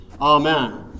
Amen